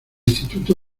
instituto